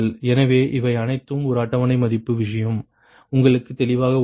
எனவே இவை அனைத்தும் ஒரு அட்டவணை மதிப்பு விஷயம் உங்களுக்கு தெளிவாக உள்ளது